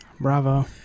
bravo